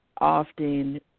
often